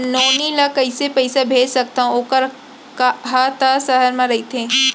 नोनी ल कइसे पइसा भेज सकथव वोकर हा त सहर म रइथे?